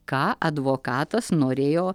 ką advokatas norėjo